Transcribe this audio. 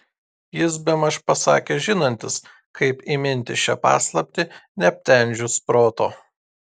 jis bemaž pasakė žinantis kaip įminti šią paslaptį neaptemdžius proto